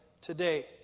today